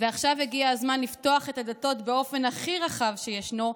ועכשיו הגיע הזמן לפתוח את הדלתות באופן הכי רחב שישנו,